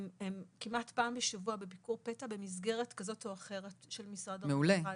הם כמעט פעם בשבוע בביקור פתע במסגרת כזאת או אחרת של משרד הרווחה.